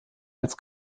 als